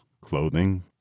clothing